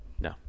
No